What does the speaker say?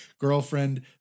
girlfriend